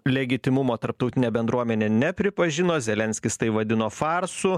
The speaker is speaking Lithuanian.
legitimumo tarptautinė bendruomenė nepripažino zelenskis tai vadino farsu